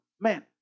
man